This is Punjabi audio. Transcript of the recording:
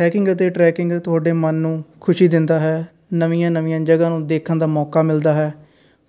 ਹੈਕਿੰਗ ਅਤੇ ਟਰੈਕਿੰਗ ਤੁਹਾਡੇ ਮਨ ਨੂੰ ਖੁਸ਼ੀ ਦਿੰਦਾ ਹੈ ਨਵੀਆਂ ਨਵੀਆਂ ਜਗ੍ਹਾ ਨੂੰ ਦੇਖਣ ਦਾ ਮੌਕਾ ਮਿਲਦਾ ਹੈ